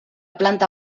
planta